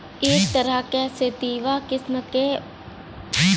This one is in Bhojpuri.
एक तरह क सेतिवा किस्म क वनस्पति वर्ग मानल जाला